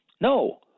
No